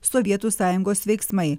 sovietų sąjungos veiksmai